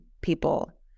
people